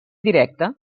directa